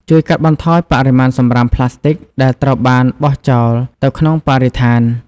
ជួយកាត់បន្ថយបរិមាណសំរាមផ្លាស្ទិកដែលត្រូវបានបោះចោលទៅក្នុងបរិស្ថាន។